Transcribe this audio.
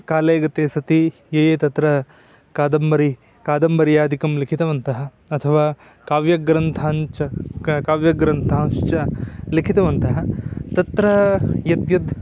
काले गते सति ये तत्र कादम्बरी कादम्बर्यादिकं लिखितवन्तः अथवा काव्यग्रन्थान् च काव्यग्रन्थाञ्च लिखितवन्तः तत्र यद्यद्